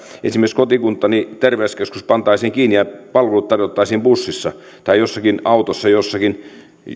esimerkiksi kotikuntani terveyskeskus pantaisiin kiinni ja palvelut tarjottaisiin bussissa tai jossakin autossa